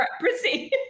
proceed